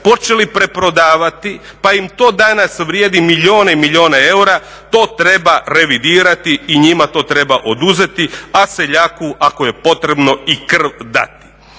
počeli preprodavati pa im to danas vrijedi milijune i milijune eura, to treba revidirati i njima to treba oduzeti, a seljaku ako je potrebno i krv dati.